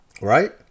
right